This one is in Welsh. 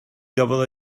gafodd